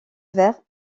vert